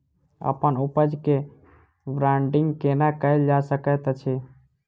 अप्पन उपज केँ ब्रांडिंग केना कैल जा सकैत अछि?